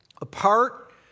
Apart